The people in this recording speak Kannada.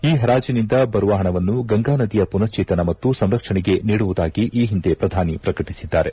ಈ ಪರಾಜಿನಿಂದ ಬರುವ ಪಣವನ್ನು ಗಂಗಾ ನದಿಯ ಪುನಕ್ವೇತನ ಮತ್ತು ಸಂರಕ್ಷಣೆಗೆ ನೀಡುವುದಾಗಿ ಈ ಹಿಂದೆ ಪ್ರಧಾನಿ ಪ್ರಕಟಿಸಿದ್ದಾರೆ